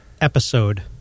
episode